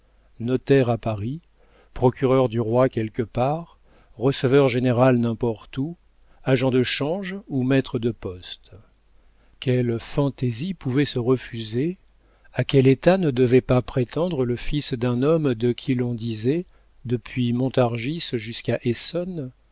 notaire à paris procureur du roi quelque part receveur général n'importe où agent de change ou maître de poste quelle fantaisie pouvait se refuser à quel état ne devait pas prétendre le fils d'un homme de qui l'on disait depuis montargis jusqu'à